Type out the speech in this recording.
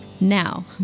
Now